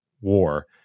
war